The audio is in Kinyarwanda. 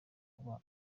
kuba